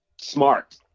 smart